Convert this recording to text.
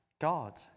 God